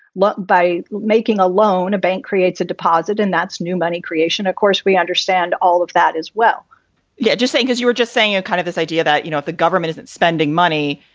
by making a loan, a bank creates a deposit, and that's new money creation. of course, we understand all of that as well yeah just saying, as you were just saying, ah kind of this idea that, you know, the government isn't spending money,